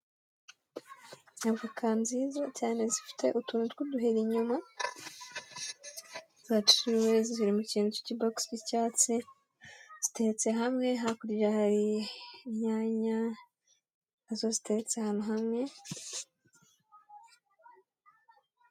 Avoka nziza cyane zifite utuntu tw'uduheri inyuma zaciwe ziri mu kintu kikibogisi cy'icyatsi, ziteretse hamwe. Hakurya hari inyanya na zo ziteretse ahantu hamwe.